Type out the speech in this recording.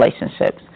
relationships